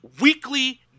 weekly